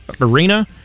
arena